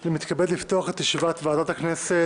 אני מתכבד לפתוח את ישיבת ועדת הכנסת.